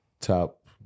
top